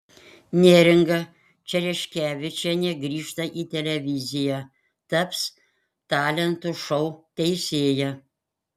neringa čereškevičienė grįžta į televiziją taps talentų šou teisėja